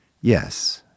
Yes